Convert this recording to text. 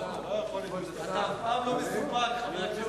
אתה אף פעם לא מסופק, חבר הכנסת